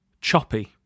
Choppy